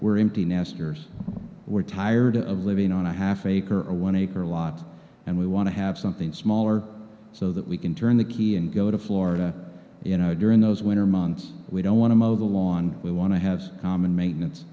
were empty nesters were tired of living on a half acre a one acre lot and we want to have something smaller so that we can turn the key and go to florida you know during those winter months we don't want to mow the lawn we want to have common maintenance